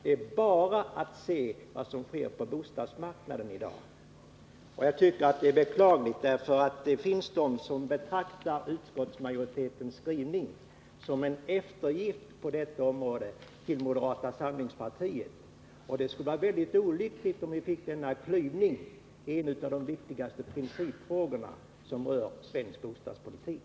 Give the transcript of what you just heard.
Det är bara att se på vad som sker på bostadsmarknaden i dag. Jag tycker det han sade är beklagligt därför att det finns de som betraktar utskottsmajoritetens skrivning som en eftergift på detta område till moderata samlingspartiet. Det skulle vara olyckligt om vi fick denna klyvning i en av de viktigaste principfrågor som rör svensk bostadspolitik.